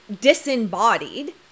disembodied